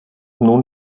nun